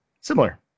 Similar